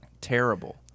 Terrible